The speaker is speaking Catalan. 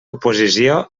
oposició